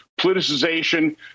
politicization